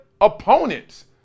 opponents